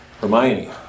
Hermione